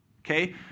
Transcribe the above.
okay